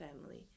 family